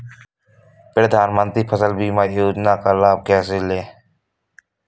प्रधानमंत्री फसल बीमा योजना का लाभ कैसे लें?